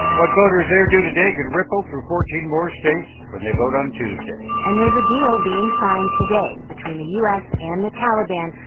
what voters there do today could ripple through fourteen more states when they vote on tuesday and there's a deal being signed today between the u s. and the taliban,